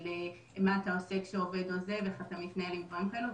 מה אתה עושה כשעובד עוזב ואיך אתה מתנהל עם דברים כאלה.